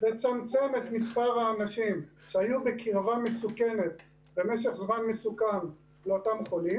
לצמצם את מספר האנשים שהיו בקרבה מסוכנת במשך זמן מסוכן לאותם חולים.